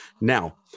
Now